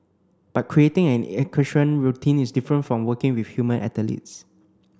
but creating an equestrian routine is different from working with human athletes